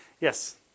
Yes